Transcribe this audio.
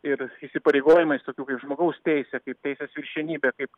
ir įsipareigojimais tokių kai žmogaus teisė kaip teisės viršenybė kaip